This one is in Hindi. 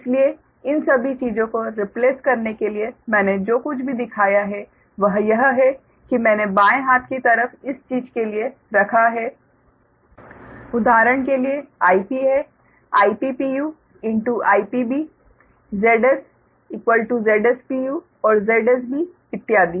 इसलिए इन सभी चीजों को रिप्लेस करने के लिए मैंने जो कुछ भी दिखाया है वह यह है कि मैंने बाएं हाथ की तरफ इस चीज़ के लिए रखा है उदाहरण के लिए Ip है Ip IpB Zs Zs और ZsB इत्यादि